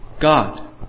God